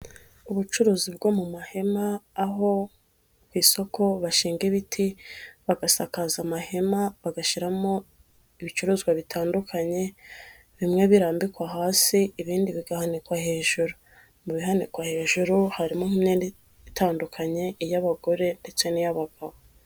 Ubucuruzi bwo mu mahema aho ku isoko bashinga ibiti bagasakaza amahema bagashyiramo ibicuruzwa bitandukanye bimwe birambikwa hasi ibindi bigahanikwa hejuru mu bihanikwa hejuru harimo imyenda itandukanye nkiy'abagore ndetse n'iy'abagabo.